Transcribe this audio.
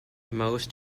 most